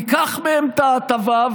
ניקח מהם את ההטבה,